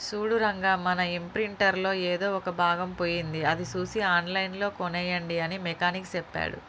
సూడు రంగా మన ఇంప్రింటర్ లో ఎదో ఒక భాగం పోయింది అది సూసి ఆన్లైన్ లో కోనేయండి అని మెకానిక్ సెప్పాడు